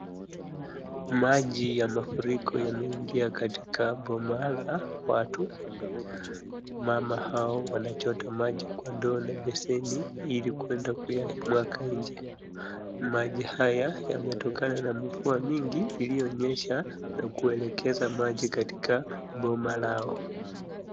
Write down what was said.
Maji ya mafuriko yameingia katika boma la watu. Mama hao wanachota maji kwa ndoo na beseni ili kuenda kuyamwaga nje. Maji haya yametokana na mvua mingi iliyonyesha na kuelekeza maji katika boma lao.